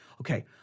Okay